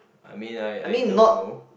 I mean I I don't know